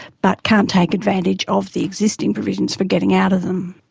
but can't take advantage of the existing provisions for getting out of them.